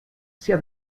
sia